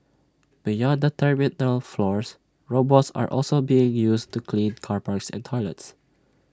beyond the terminal floors robots are also being used to clean car parks and toilets